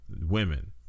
women